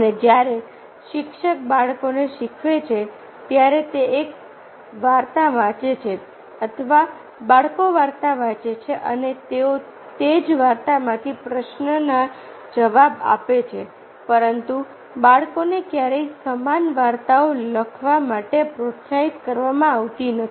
અને જ્યારે શિક્ષક બાળકોને શીખવે છે ત્યારે તે એક વાર્તા વાંચે છે અથવા બાળકો વાર્તા વાંચે છે અને તેઓ તે જ વાર્તામાંથી પ્રશ્નનો જવાબ આપે છે પરંતુ બાળકોને ક્યારેય સમાન વાર્તાઓ લખવા માટે પ્રોત્સાહિત કરવામાં આવતા નથી